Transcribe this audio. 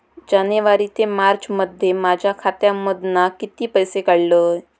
जानेवारी ते मार्चमध्ये माझ्या खात्यामधना किती पैसे काढलय?